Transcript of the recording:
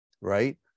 right